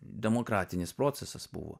demokratinis procesas buvo